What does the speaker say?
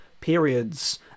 periods